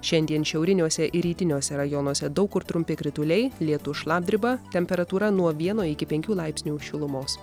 šiandien šiauriniuose ir rytiniuose rajonuose daug kur trumpi krituliai lietus šlapdriba temperatūra nuo vieno iki penkių laipsnių šilumos